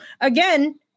again